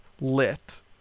lit